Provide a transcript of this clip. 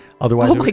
Otherwise